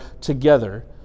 together